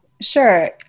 Sure